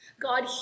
God